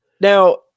now